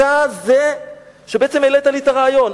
אתה זה שבעצם העלית לי את הרעיון.